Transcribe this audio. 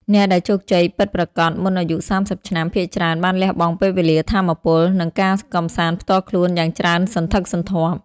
អ្នកដែលជោគជ័យពិតប្រាកដមុនអាយុ ៣០ ឆ្នាំ ភាគច្រើនបានលះបង់ពេលវេលា ថាមពល និងការកម្សាន្តផ្ទាល់ខ្លួនយ៉ាងច្រើនសន្ធឹកសន្ធាប់។